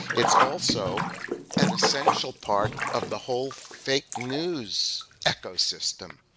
it's also an essential part of the whole fake news ecosystem,